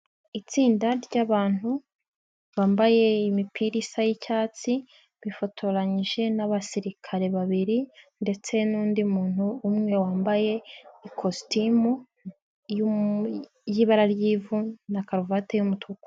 Itsinda ry'abantu bambaye imipira isa y'icyatsi, bifotoranyije n'abasirikare babiri ndetse nundi muntu umwe wambaye ikositimu yibara ry'ivu na karuvati y'umutuku.